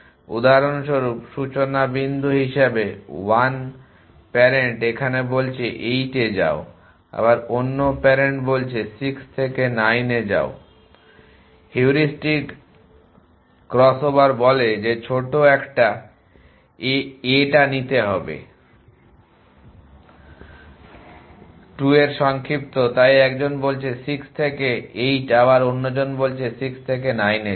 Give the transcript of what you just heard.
উদাহরণস্বরূপ সূচনা বিন্দু হিসাবে 1 প্যারেন্ট এখানে বলছে 8 এ যাও আবার অন্য প্যারেন্ট বলছে 6 থেকে 9 তে যাও হিউরিস্টিক ক্রসওভার বলে যে ছোট a টা নিতে হবে 2 এর সংক্ষিপ্ত তাই একজন বলছে 6 থেকে 8 আবার অন্যজন বলছে 6 থেকে 9 তে যাও